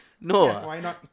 No